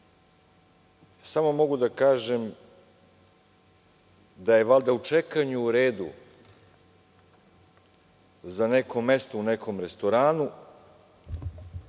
samo mogu da kažem da je valjda u čekanju u redu za neko mesto u nekom restoranu,